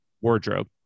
wardrobe